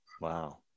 Wow